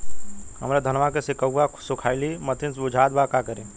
हमरे धनवा के सीक्कउआ सुखइला मतीन बुझात बा का करीं?